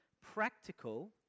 practical